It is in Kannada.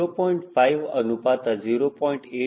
5 ಅನುಪಾತ 0